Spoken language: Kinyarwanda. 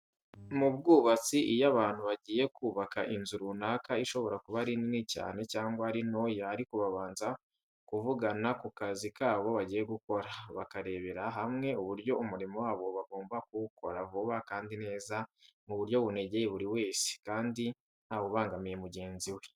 Mu bwubatsi iyo abantu bagiye kubaka inzu runaka ishobora kuba ari nini cyane cyangwa ari ntoya ariko babanza kuvugana ku kazi kabo bagiye gukora, bakarebera hamwe uburyo umurimo wabo bagomba kuwukora vuba kandi neza mu buryo bunogeye buri wese, kandi ntawubangamiye mugenzi we.